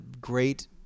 great